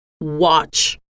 watch